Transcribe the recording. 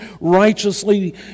righteously